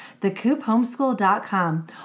thecoophomeschool.com